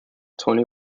twenty